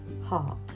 heart